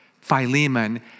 Philemon